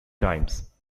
times